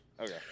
Okay